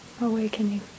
awakening